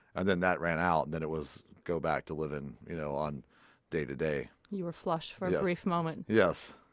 and then that ran out. then it was go back to living you know day to day you were flush for a brief moment yes.